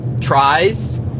tries